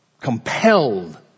compelled